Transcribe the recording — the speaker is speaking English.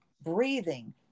breathing